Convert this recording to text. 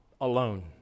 alone